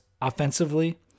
offensively